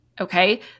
Okay